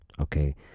okay